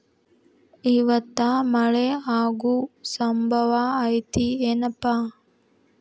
ಇವತ್ತ ಮಳೆ ಆಗು ಸಂಭವ ಐತಿ ಏನಪಾ?